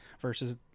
versus